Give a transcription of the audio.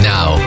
Now